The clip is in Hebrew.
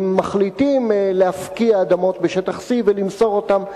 אם מחליטים להפקיע בשטח C ולמסור אותם,